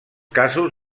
casos